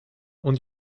und